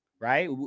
right